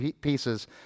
pieces